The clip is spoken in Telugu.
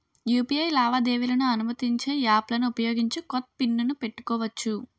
యూ.పి.ఐ లావాదేవీలను అనుమతించే యాప్లలను ఉపయోగించి కొత్త పిన్ ను పెట్టుకోవచ్చు